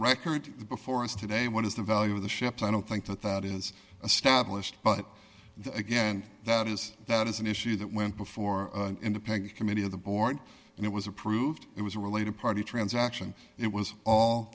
record before us today what is the value of the ship so i don't think that that is established but again that is that is an issue that went before independent committee of the board and it was approved it was a related party transaction it was all